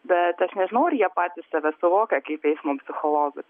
bet aš nežinau ar jie patys save suvokia kaip eismo psichologus